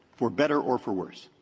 for better or for worse,